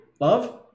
love